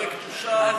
הפרויקט אושר,